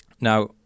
Now